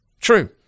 True